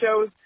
shows